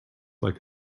like